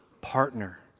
partner